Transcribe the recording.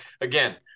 Again